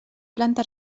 planta